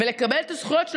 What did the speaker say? לקבל את הזכויות,